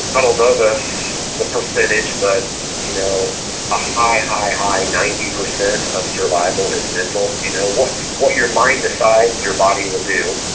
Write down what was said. i don't know the the percentage but you know a high, high, high ninety percent of survival is mental, you know, what what your mind decides your body will do.